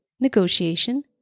negotiation